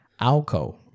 Alco